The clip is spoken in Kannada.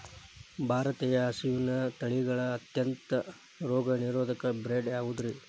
ಭಾರತೇಯ ಹಸುವಿನ ತಳಿಗಳ ಅತ್ಯಂತ ರೋಗನಿರೋಧಕ ಬ್ರೇಡ್ ಯಾವುದ್ರಿ?